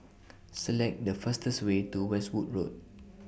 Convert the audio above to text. Select The fastest Way to Westwood Road